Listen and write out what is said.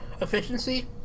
efficiency